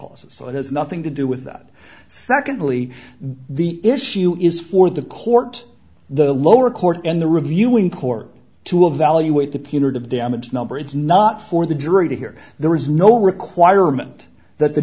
clause so it has nothing to do with that secondly the issue is for the court the lower court and the reviewing court to evaluate the punitive damage number it's not for the jury to hear there is no requirement that the